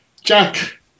Jack